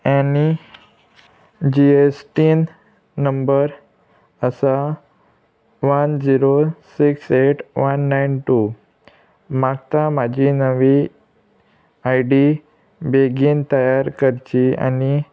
any GSTIN number आसा one zero six eight one nine two म्हाका म्हाजी नवी आय डी बेगीन तयार करची आनी